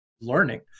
learning